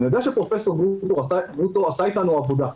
אני יודע שפרופ' גרוטו עשה איתנו עבודה.